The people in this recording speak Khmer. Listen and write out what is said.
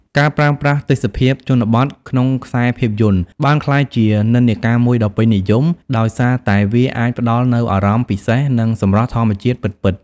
ការប្រើប្រាស់ទេសភាពជនបទក្នុងខ្សែភាពយន្តបានក្លាយជានិន្នាការមួយដ៏ពេញនិយម ដោយសារតែវាអាចផ្តល់នូវអារម្មណ៍ពិសេស និងសម្រស់ធម្មជាតិពិតៗ។